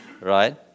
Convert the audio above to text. right